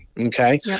Okay